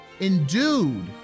endued